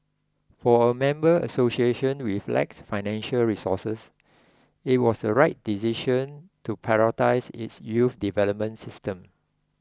for a member association which lacks financial resources it was a right decision to prioritise its youth development system